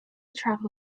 track